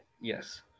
Yes